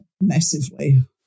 Massively